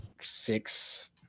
six